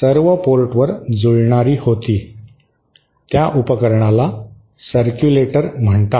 सर्व पोर्टवर जुळणारी होती त्या उपकरणाला सरक्युलेटर म्हणतात